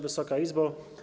Wysoka Izbo!